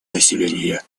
населения